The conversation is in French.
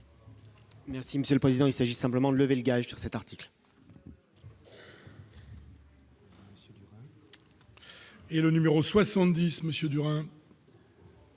Merci monsieur le président, il s'agit simplement levé le gage sur cet article. Et le numéro 70 monsieur du Rhin.